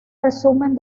resumen